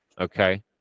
Okay